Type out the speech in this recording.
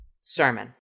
sermon